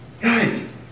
Guys